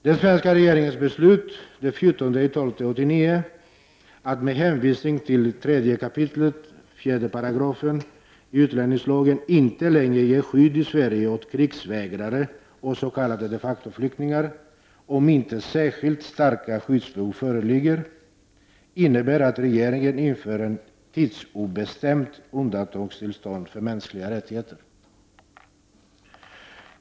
Den svenska regeringens beslut den 14 december 1989, att med hänvisning till 3 kap. 4§ i utlänningslagen inte längre ge skydd i Sverige åt krigsvägrare och s.k. de facto-flyktingar, om inte särskilt starka skyddsbehov föreligger, innebär att regeringen inför ett tidsobestämt undantagstillstånd för mänskliga rättigheter.